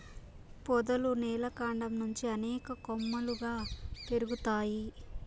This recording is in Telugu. పొదలు నేల కాండం నుంచి అనేక కొమ్మలుగా పెరుగుతాయి